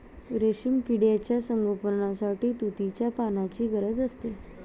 रेशीम किड्यांच्या संगोपनासाठी तुतीच्या पानांची गरज असते